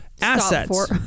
assets